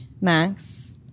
max